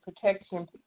protection